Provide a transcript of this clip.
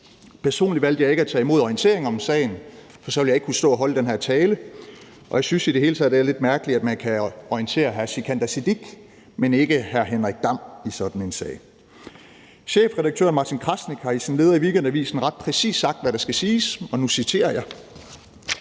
Personlig valgte jeg ikke at tage imod orienteringen om sagen, for så ville jeg ikke kunne stå og holde den her tale, og jeg synes i det hele taget, det er lidt mærkeligt, at man kan orientere hr. Sikandar Siddique, men ikke hr. Henrik Dam Kristensen i sådan en sag. Chefredaktør Martin Krasnik har i sin leder i Weekendavisen ret præcist sagt, hvad der skal siges, og nu citerer jeg: